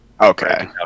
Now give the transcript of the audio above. Okay